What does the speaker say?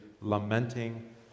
lamenting